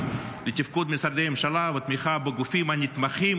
לתפקוד משרדי ממשלה ותמיכה בגופים הנתמכים.